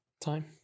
Time